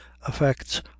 affects